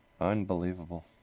unbelievable